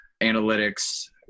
analytics